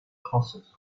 castles